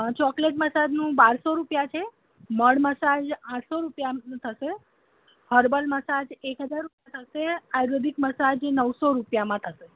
chocolate મસાજનું બારસો રૂપિયા છે મડ મસાજ આઠસો રૂપિયામાં થશે હર્બલ મસાજ એક હજાર રૂપિયા થશે આયુર્વેદિક મસાજ એ નવસો રૂપિયામાં થશે